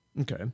Okay